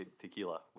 tequila